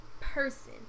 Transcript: person